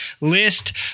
list